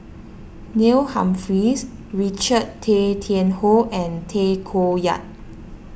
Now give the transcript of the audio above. Neil Humphreys Richard Tay Tian Hoe and Tay Koh Yat